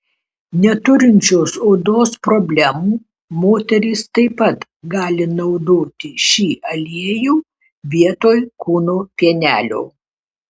neturinčios odos problemų moterys taip pat gali naudoti šį aliejų vietoj kūno pienelio